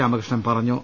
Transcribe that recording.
രാമകൃഷ്ണൻ പറഞ്ഞു